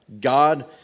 God